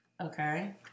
Okay